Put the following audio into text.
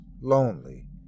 lonely